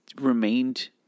remained